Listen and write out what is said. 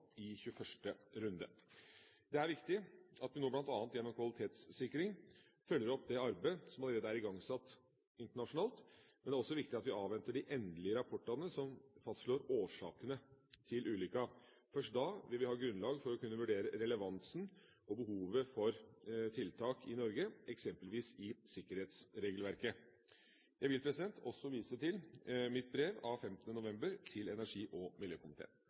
i 21. runde. Det er viktig at vi nå, bl.a. gjennom kvalitetssikring, følger opp det arbeidet som allerede er igangsatt internasjonalt. Men det er også viktig at vi avventer de endelige rapportene som fastslår årsakene til ulykken. Først da vil vi ha grunnlag for å kunne vurdere relevansen og behovet for tiltak i Norge, eksempelvis i sikkerhetsregelverket. Jeg vil også vise til mitt brev av 15. november til energi- og miljøkomiteen.